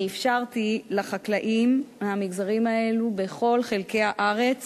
אני אפשרתי לחקלאים מהמגזרים האלה בכל חלקי הארץ